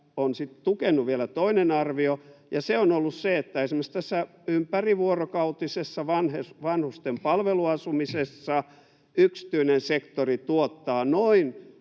sitten tukenut vielä toinen arvio, ja se on ollut se, että esimerkiksi tässä ympärivuorokautisessa vanhusten palveluasumisessa yksityinen sektori tuottaa noin